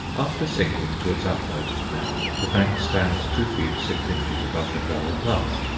after sinking to its utmost now, the bank stands two feet six inches above the gravel path.